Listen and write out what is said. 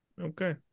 Okay